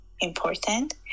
important